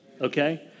Okay